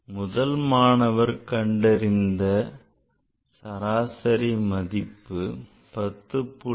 முதல் மாணவர் கண்டறிந்த சராசரி மதிப்பு 10